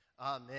Amen